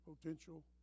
potential